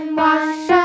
wash